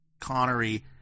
Connery